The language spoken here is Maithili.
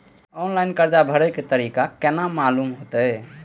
ऑनलाइन कर्जा भरे के तारीख केना मालूम होते?